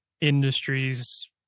industries